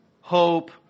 hope